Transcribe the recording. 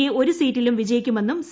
A ഒരു സീറ്റിലും വിജയിക്കുമെന്നും സി